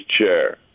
chair